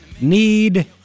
need